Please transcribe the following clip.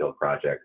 project